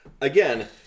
again